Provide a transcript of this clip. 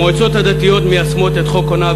המועצות הדתיות מיישמות את חוק ההונאה